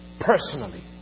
personally